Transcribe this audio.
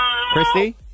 Christy